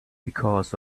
because